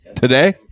today